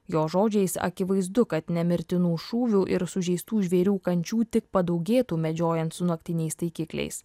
jo žodžiais akivaizdu kad nemirtinų šūvių ir sužeistų žvėrių kančių tik padaugėtų medžiojant su naktiniais taikikliais